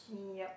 yup